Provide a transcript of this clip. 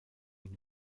une